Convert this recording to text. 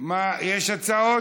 יש הצעות?